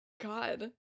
God